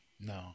No